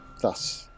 thus